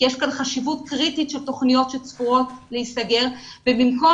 יש כאן חשיבות קריטית של תוכניות שצפויות להיסגר ובמקום